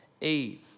Eve